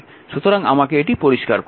সুতরাং আমাকে এটি পরিষ্কার করতে দিন